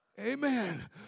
Amen